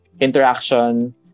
interaction